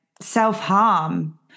self-harm